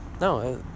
No